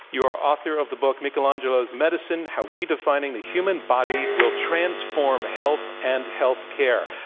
you are author of the book, michelangelo's medicine how redefining the human body will transform health and healthcare.